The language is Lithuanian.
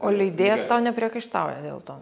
o leidėjas tau nepriekaištauja dėl to